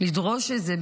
לדרוש את זה.